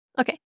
Okay